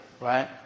right